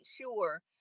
sure